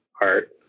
art